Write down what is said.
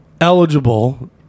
eligible